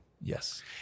Yes